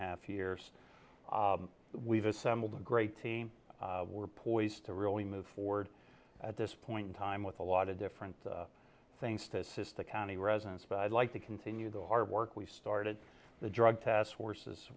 half years we've assembled a great team we're poised to really move forward at this point in time with a lot of different things to assist the county residents but i'd like to continue the hard work we started the drug task force